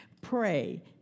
Pray